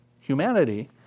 humanity